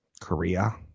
Korea